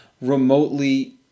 remotely